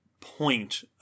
point